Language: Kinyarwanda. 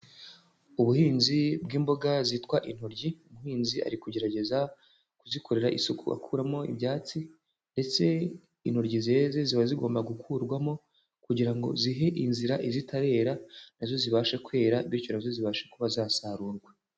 Ubuhinzi bw'imboga zitwa intoryi, umuhinzi ari kugerageza kuzikorera isuku akuramo ibyatsi ndetse intoryi zeze ziba zigomba gukurwamo kugira ngo zihe inzira izitarera na zo zibasha kwera bityo na zo zibashe kuba zasarurwa.